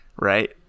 right